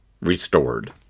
restored